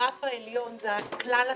הגרף העליון זה כלל התקציב,